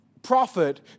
prophet